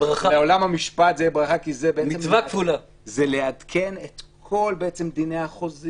לעולם המשפט זה יהיה ברכה כי זה יעדכן את כל דיני החוזים.